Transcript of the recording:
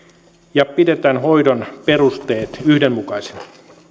ja pidetään hoidon perusteet yhdenmukaisina